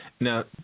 Now